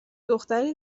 دختری